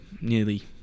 nearly